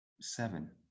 seven